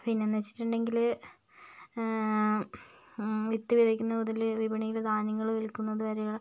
പിന്നെന്നുവെച്ചിട്ടുണ്ടെങ്കില് വിത്ത് വിതയ്ക്കുന്ന മുതല് വിപണിയില് ധാന്യങ്ങൾ വിൽക്കുന്നത് വരെയുള്ള